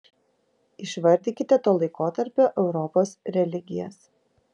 išvardykite to laikotarpio europos religijas